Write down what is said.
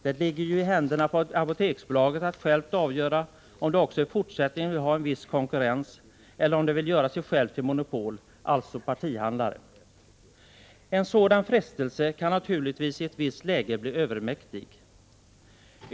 Det ankommer ju på Apoteksbolaget att självt avgöra om man också i fortsättningen vill ha viss konkurrens eller om man vill göra sig själv till monopol, alltså partihandlare. En sådan frestelse kan naturligtvis i ett visst läge bli övermäktig.